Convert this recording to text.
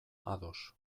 ados